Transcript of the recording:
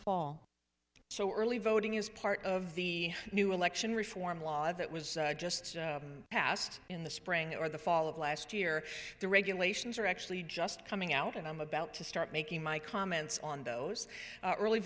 fall so early voting is part of the new election reform law that was just passed in the spring or the fall of last year the regulations are actually just coming out and i'm about to start making my comments on those early